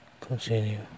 continue